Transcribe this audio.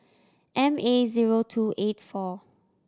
M A zero two eight four